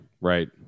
Right